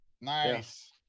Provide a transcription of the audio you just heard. Nice